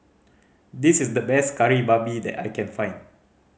this is the best Kari Babi that I can find